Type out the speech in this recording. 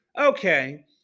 Okay